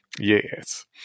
yes